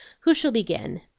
who shall begin?